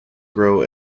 grow